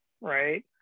right